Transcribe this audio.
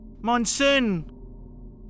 Monsoon